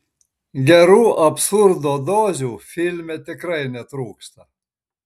gerų absurdo dozių filme tikrai netrūksta